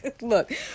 look